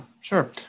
sure